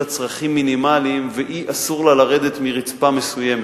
צרכים מינימליים והיא אסור לה לרדת מרצפה מסוימת?